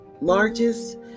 largest